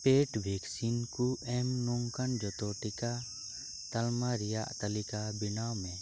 ᱯᱮᱰ vaccine ᱠᱚ ᱮᱢ ᱱᱚᱝᱠᱟᱱ ᱡᱚᱛᱚ ᱴᱤᱠᱟᱹ ᱛᱟᱞᱢᱟ ᱨᱮᱱᱟᱜ ᱛᱟᱞᱤᱠᱟ ᱵᱮᱱᱟᱣ ᱢᱮ